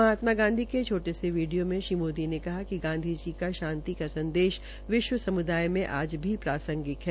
महात्मा गांधी के छोटे से वीडियो में श्री मोदी ने कहा कि गांधी जी का शांति का संदेश विश्व समुदाय का आज भी प्रांसगिक है